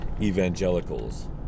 evangelicals